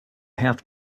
have